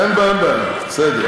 אין בעיות, בסדר.